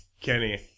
kenny